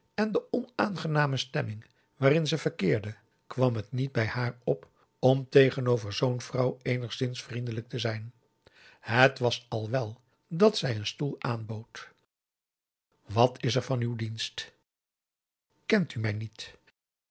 en de onaangename stemming waarin ze verkeerde kwam het niet bij haar op om tegenover zoo'n vrouw eenigszins vriendelijk te zijn het was al wèl dat zij een stoel aanbood wat is er van uw dienst kent u mij niet